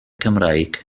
cymraeg